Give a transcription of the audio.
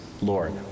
Lord